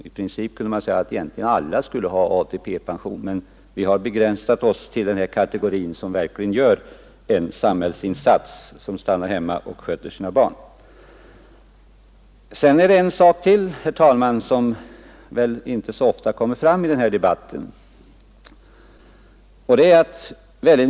I princip kunde man säga att egentligen alla skulle ha ATP-pension, men vi har begränsat oss till den här kategorin som verkligen gör en samhällsinsats, som stannar hemma och sköter sina barn. Det är en sak till, herr talman, som väl inte så ofta kommer fram i den här debatten.